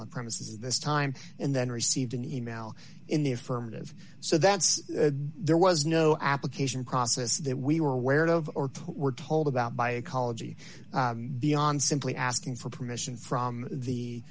the premises this time and then received an email in the affirmative so that's there was no application process that we were aware of or were told about by ecology beyond simply asking for permission from the